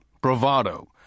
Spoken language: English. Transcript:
bravado